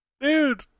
Dude